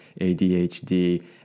ADHD